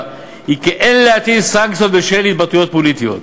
היא כי אין להטיל סנקציות בשל התבטאויות פוליטיות,